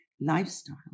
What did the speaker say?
lifestyle